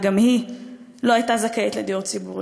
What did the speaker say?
וגם היא לא הייתה זכאית לדיור ציבור,